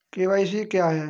KYC क्या है?